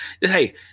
Hey